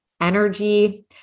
energy